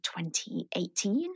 2018